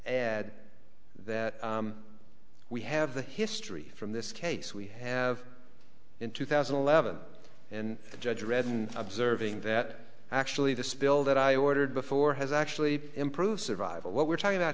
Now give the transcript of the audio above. add that we have the history from this case we have in two thousand and eleven and the judge read in observing that actually the spill that i ordered before has actually improved survival what we're talking about